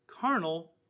carnal